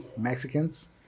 Mexicans